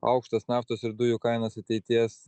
aukštas naftos ir dujų kainas ateities